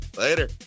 Later